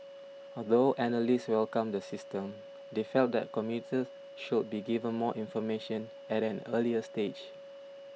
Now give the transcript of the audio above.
although analysts welcomed the system they felt that commuters should be given more information at an earlier stage